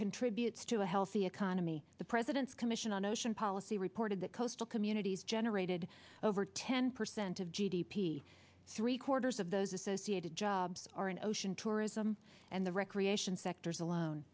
contributes to a healthy economy the president's commission on ocean policy reported that coastal communities generated over ten percent of g d p see three quarters of those associated jobs are in ocean tourism and the recreation sectors alone